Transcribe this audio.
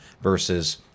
versus